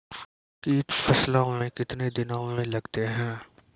कीट फसलों मे कितने दिनों मे लगते हैं?